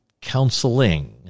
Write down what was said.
counseling